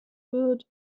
wird